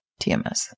TMS